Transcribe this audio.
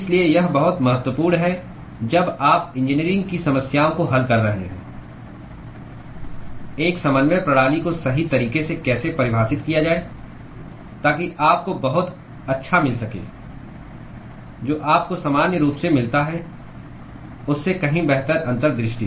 इसलिए यह बहुत महत्वपूर्ण है जब आप इंजीनियरिंग की समस्याओं को हल कर रहे हैं एक समन्वय प्रणाली को सही तरीके से कैसे परिभाषित किया जाए ताकि आपको बहुत अच्छा मिल सके जो आपको सामान्य रूप से मिलता है उससे कहीं बेहतर अंतर्दृष्टि